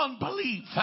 unbelief